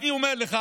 אני אומר לך,